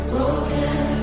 Broken